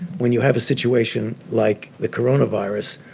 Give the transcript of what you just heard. when you have a situation like the coronavirus,